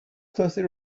closely